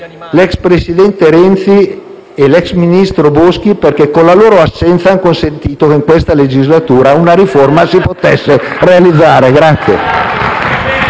all'ex presidente Renzi e all'ex ministro Boschi perché con la loro assenza hanno consentito che in questa legislatura una riforma si potesse realizzare.